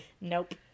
Nope